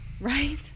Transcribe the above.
Right